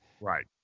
Right